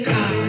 God